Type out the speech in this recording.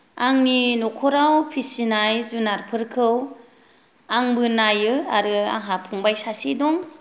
आंनि नखराव फिसिनाय जुनारफोरखौ आंबो नायो आरो आंहा फंबाय सासे दं